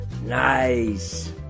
Nice